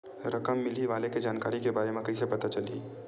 रकम मिलही वाले के जानकारी के बारे मा कइसे पता चलही?